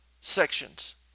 sections